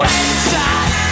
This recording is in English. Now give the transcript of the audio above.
inside